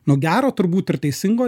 nu gero turbūt ir teisingo